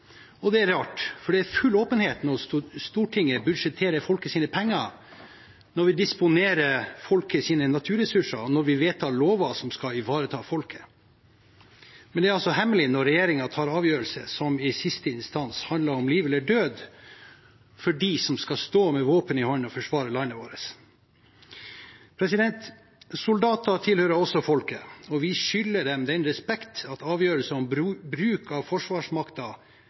Og det er rart fordi det er full åpenhet når Stortinget budsjetterer folkets penger, når vi disponerer folkets naturressurser, og når vi vedtar lover som skal ivareta folket, men det er altså hemmelig når regjeringen tar avgjørelser som i siste instans handler om liv eller død for dem som skal stå med våpen i hånd og forsvare landet vårt. Soldater tilhører også folket, og vi skylder dem den respekt at avgjørelser om bruk av forsvarsmakten